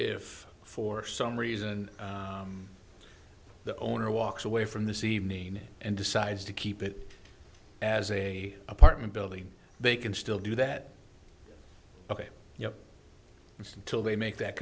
if for some reason the owner walks away from this evening and decides to keep it as a apartment building they can still do that ok you know this until they make that